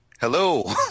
Hello